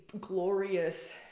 glorious